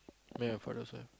I bet your father also have